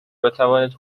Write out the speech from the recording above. بتوانید